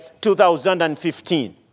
2015